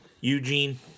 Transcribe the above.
Eugene